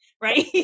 right